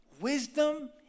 wisdom